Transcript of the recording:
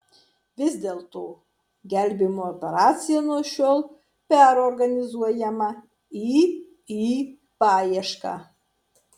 vis dėlto gelbėjimo operacija nuo šiol perorganizuojama į į paiešką